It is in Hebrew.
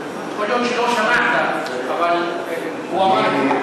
יכול להיות שלא שמעת, אבל הוא אמר את זה.